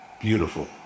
beautiful